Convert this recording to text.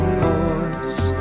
voice